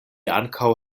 ankaŭ